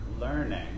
learning